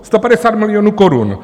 Sto padesát milionů korun.